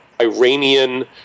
iranian